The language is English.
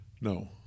No